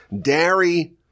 dairy